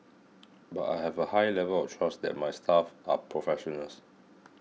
but I have a high level of trust that my staff are professionals